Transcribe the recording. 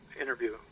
interview